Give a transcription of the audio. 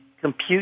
compute